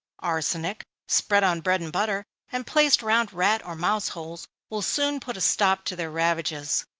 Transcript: arsenic, spread on bread and butter, and placed round rat or mouse holes, will soon put a stop to their ravages.